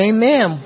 Amen